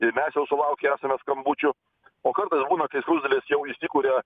ir mes jau sulaukę esame skambučių o kartais būna kai skruzdės jau įsikuria